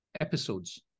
episodes